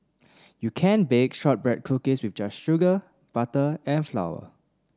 you can bake shortbread cookies with just sugar butter and flour